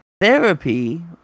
Therapy